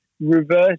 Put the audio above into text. reverse